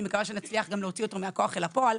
אני מקווה שנצליח להוציא אותו מהכוח אל הפועל.